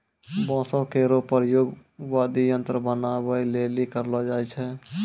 बांसो केरो प्रयोग वाद्य यंत्र बनाबए लेलि करलो जाय छै